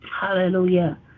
Hallelujah